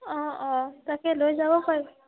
অঁ অঁ তাকে লৈ যাব পাৰিব